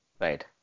Right